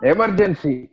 Emergency